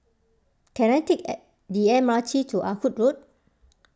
can I take a the M R T to Ah Hood Road